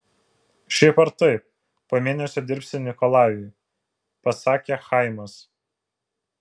šiaip ar taip po mėnesio dirbsi nikolajui pasakė chaimas